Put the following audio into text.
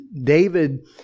David